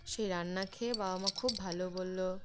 সেই রান্না খেয়ে বাবা মা খুব ভালো বলল